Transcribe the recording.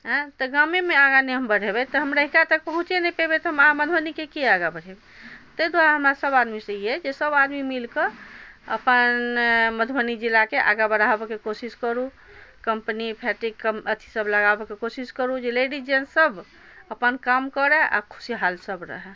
अँइ तऽ गामेमे आगाँ नहि बढ़ेबै तऽ हम रहिका तक पहुँचे नहि पेबै तऽ हम मधुबनीके की आगाँ बढ़ेबै ताहि दुआरे हमरा सब आदमीसँ ई अइ जे सब आदमी मिलकऽ अपन मधुबनी जिलाके आगाँ बढ़ाबऽके कोशिश करू कम्पनी फैक्ट्री अथी सब लगाबऽके कोशिश करू जे लेडीज जेन्ट्स सब अपन काम करै आओर खुशी हाल सब रहै